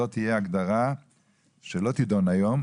זו תהיה הגדרה שלא תידון היום,